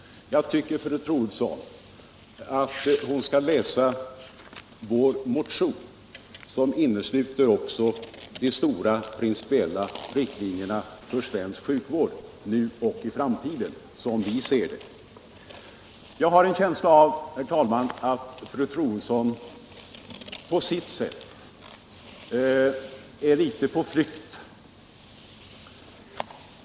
Jag tycker att fru Troedsson skall läsa vår motion, som innesluter också de stora principiella riktlinjerna för svensk sjukvård nu och i framtiden som vi ser dem. Jag har en känsla av, herr talman, att fru Troedsson på sitt sätt är litet på flykt.